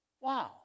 Wow